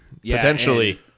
Potentially